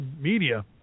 media